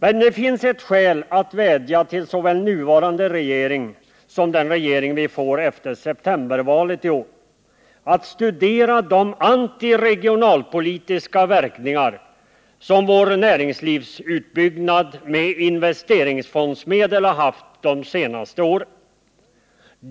Men det finns ett skäl att vädja till såväl nuvarande regering som till den regering vi får efter septembervalet i år att studera de antiregionalpolitiska verkningar som vår näringslivsutbyggnad med investeringsfondsmedel haft de senaste åren.